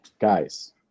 guys